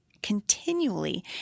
continually